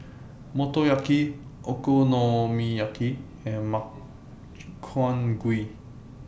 Motoyaki Okonomiyaki and Makchang Gui